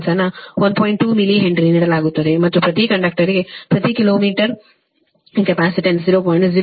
2 milli henry ನೀಡಲಾಗುತ್ತದೆ ಮತ್ತು ಪ್ರತಿ ಕಂಡಕ್ಟರ್ಗೆ ಪ್ರತಿ ಕಿಲೋ ಮೀಟರ್ಗೆ ಕೆಪಾಸಿಟನ್ಸ್ 0